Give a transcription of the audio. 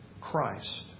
Christ